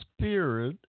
spirit